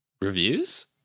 Reviews